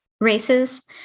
races